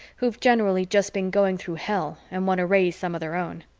who've generally just been going through hell and want to raise some of their own.